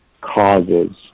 causes